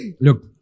look